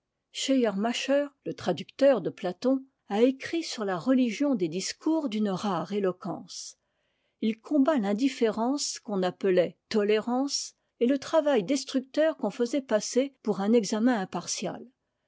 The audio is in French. schleiermacher le traducteur de platon a écrit sur la religion des discours d'une rare éloquence il combat l'indifférence qu'on appelait tolérance et le travail destructeur qu'on faisait passer pour un examen impartial